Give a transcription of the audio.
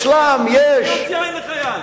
להוציא עין לחייל.